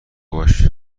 باش